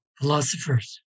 philosophers